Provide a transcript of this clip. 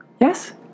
Yes